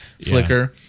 Flickr